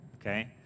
okay